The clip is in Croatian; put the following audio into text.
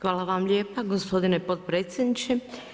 Hvala vam lijepa gospodine potpredsjedniče.